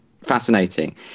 fascinating